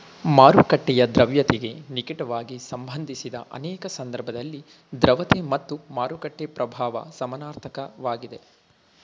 ಮಾರುಕಟ್ಟೆಯ ದ್ರವ್ಯತೆಗೆ ನಿಕಟವಾಗಿ ಸಂಬಂಧಿಸಿದ ಅನೇಕ ಸಂದರ್ಭದಲ್ಲಿ ದ್ರವತೆ ಮತ್ತು ಮಾರುಕಟ್ಟೆ ಪ್ರಭಾವ ಸಮನಾರ್ಥಕ ವಾಗಿದೆ